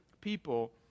people